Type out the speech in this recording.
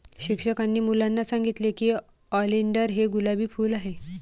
शिक्षकांनी मुलांना सांगितले की ऑलिंडर हे गुलाबी फूल आहे